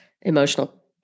emotional